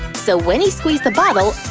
so when you squeeze the bottle,